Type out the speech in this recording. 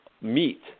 meet